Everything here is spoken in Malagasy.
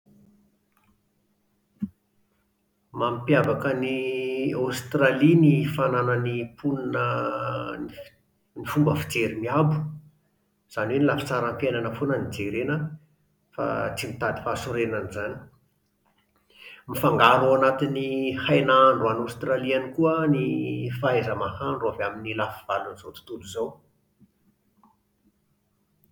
Mampiavaka an'i Aostralia ny fananan'ny mponina ny f-fomba fijery miabo, izany hoe ny lafintsaram-piainana foana no jerena an, fa tsy mitady fahasorenana izany. Mifangaro ao anatin'ny hainahandro any Aostralia ihany koa an, ny fahaiza-mahandro avy amin'ny lafivalon'izao tontolo izao.